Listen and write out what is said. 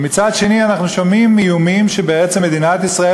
ומצד שני אנחנו שומעים איומים שבעצם מדינת ישראל